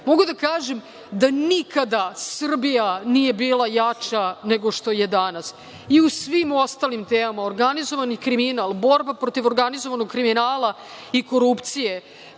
mogu da kažem da nikada Srbija nije bila jača nego što je danas i u svim ostalim temama - organizovani kriminal, borba protiv organizovanog kriminala i korupcije.